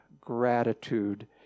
gratitude